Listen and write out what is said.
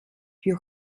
für